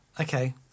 okay